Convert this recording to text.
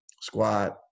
squad